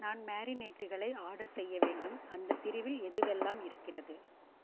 நான் மேரினேட்டுகளை ஆர்டர் செய்ய வேண்டும் அந்த பிரிவில் எதுவெல்லாம் இருக்கிறது